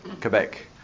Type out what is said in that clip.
Quebec